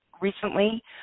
recently